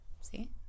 See